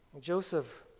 Joseph